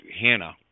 Hannah